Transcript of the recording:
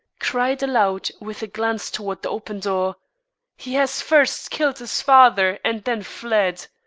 cried aloud with a glance toward the open door he has first killed his father and then fled.